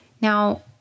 Now